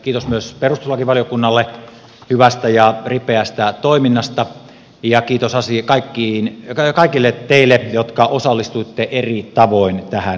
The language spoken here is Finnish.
kiitos myös perustuslakivaliokunnalle hyvästä ja ripeästä toiminnasta ja kiitos kaikille teille jotka osallistuitte eri tavoin tähän keskusteluun